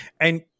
And-